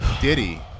Diddy